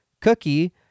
Cookie